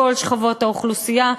מכל שכבות האוכלוסייה.